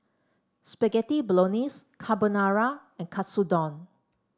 Spaghetti Bolognese Carbonara and Katsudon